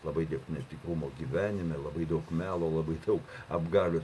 labai daug netikrumo gyvenime labai daug melo labai daug apgaulių